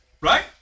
right